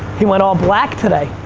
he went all black today.